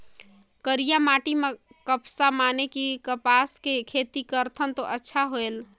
करिया माटी म कपसा माने कि कपास के खेती करथन तो अच्छा होयल?